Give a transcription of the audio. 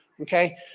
okay